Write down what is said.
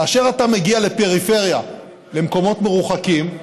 כאשר אתה מגיע לפריפריה למקומות מרוחקים,